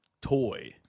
toy